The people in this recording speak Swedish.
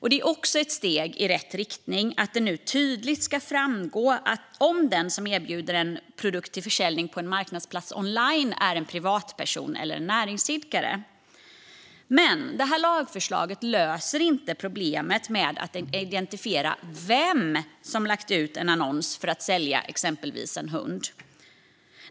Det är också ett steg i rätt riktning att det nu tydligt ska framgå om den som erbjuder en produkt till försäljning på en marknadsplats online är en privatperson eller en näringsidkare. Men lagförslaget löser inte problemet med att identifiera vem som har lagt ut en annons för att sälja exempelvis en hund.